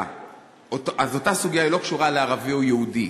אז אותה סוגיה לא קשורה לערבי או יהודי,